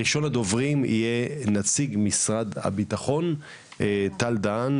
ראשון הדוברים יהיה נציג משרד הביטחון טל דהן,